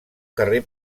carrer